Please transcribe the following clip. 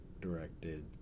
directed